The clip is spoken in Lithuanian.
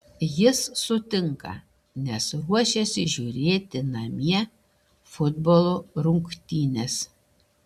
jis sutinka nes ruošiasi žiūrėti namie futbolo rungtynes